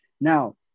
now